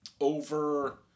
over